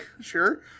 sure